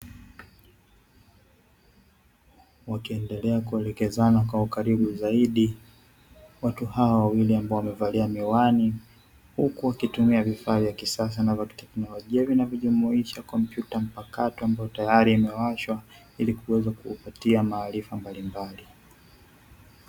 Wakiendelea kuelekezana kwa ukaribu zaidi, watu hawa wawili ambao wamevalia miwani, huku wakitumia vifaa vya kisasa na vya kiteknolojia vinavyojumuisha kompyuta mpakato, ambayo tayari imewashwa ili kuweza kuwapatia maarifa mbalimbali.